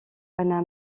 anna